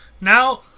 Now